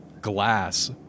glass